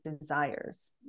desires